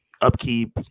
upkeep